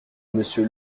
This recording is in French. monsieur